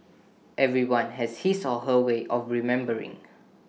everyone has his or her way of remembering